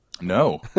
No